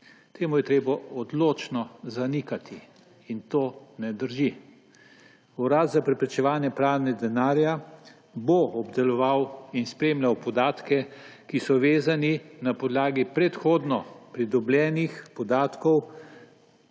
To je treba odločno zanikati in to ne drži. Urad za preprečevanje pranja denarja bo obdeloval in spremljal podatke, ki so vezani na podlagi predhodno pridobljenih podatkov,